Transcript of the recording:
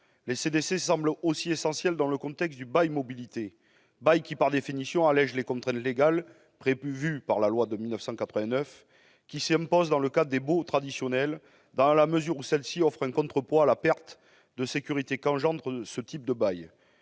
Les CDC semblent ainsi essentielles dans le contexte du bail mobilité, bail qui par définition allège les contraintes légales prévues par la loi de 1989 qui s'imposent dans le cadre des baux traditionnels dans la mesure où celles-ci offrent un contrepoids à la perte de sécurité qu'engendre ce type de bail.